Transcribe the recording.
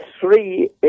three